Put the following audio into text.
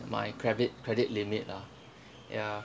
my credit credit limit lah ya